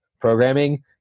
programming